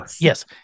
Yes